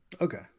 Okay